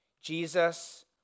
Jesus